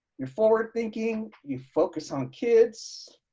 you're forward thinking, you focus on kids,